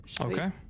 Okay